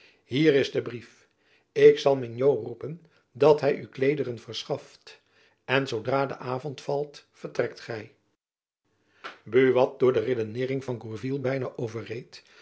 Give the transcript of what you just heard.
hier is de brief ik zal mignot roepen dat hy u kleederen verschaffe en zoodra de avond valt vertrekt gy buat door de redeneering van gourville byna overreed